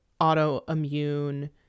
autoimmune